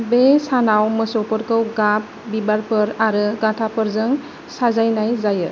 बे सानाव मोसौफोरखौ गाब बिबारफोर आरो गाथाफोरजों साजायनाय जायो